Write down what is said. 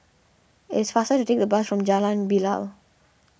it is faster to take the bus from Jalan Bilal